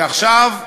ועכשיו,